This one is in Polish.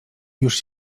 już